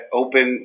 open